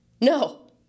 no